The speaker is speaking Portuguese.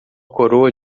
coroa